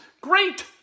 Great